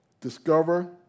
Discover